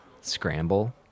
scramble